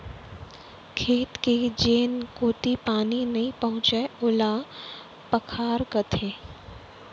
खेत के जेन कोती पानी नइ पहुँचय ओला पखार कथें